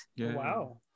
Wow